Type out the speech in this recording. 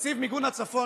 עכשיו שיש לי את הקשב שלך,